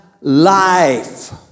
life